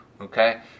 okay